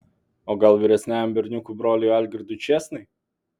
o gal vyresniajam berniukų broliui algirdui čėsnai